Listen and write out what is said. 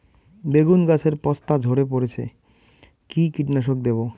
বেগুন গাছের পস্তা ঝরে পড়ছে কি কীটনাশক দেব?